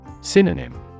Synonym